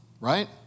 right